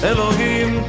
Elohim